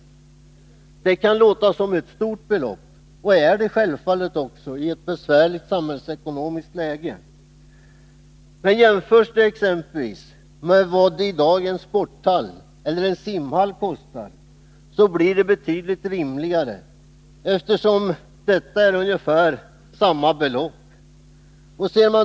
Det kan låta som ett stort belopp och är det självfallet också i ett besvärligt samhällsekonomiskt läge. Men jämfört exempelvis med vad i dag en sporthall eller en simhall kostar, blir det betydligt rimligare, eftersom detta är ungefär samma belopp.